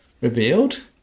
revealed